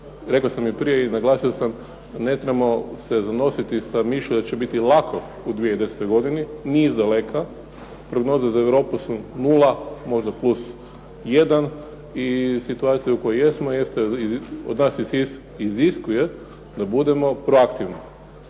rekao sam i prije i naglasio sam. Ne trebamo se zanositi sa mišlju da će biti lako u 2010. godini ni izdaleka. Prognoze za Europu su nula, možda plus jedan i situacija u kojoj jesmo i od nas iziskuje da budemo preaktivni.